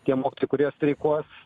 tie mokytojai kurie streikuos